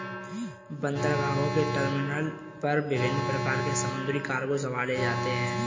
बंदरगाहों के टर्मिनल पर विभिन्न प्रकार के समुद्री कार्गो संभाले जाते हैं